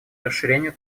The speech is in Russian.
расширению